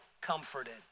comforted